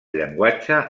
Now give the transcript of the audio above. llenguatge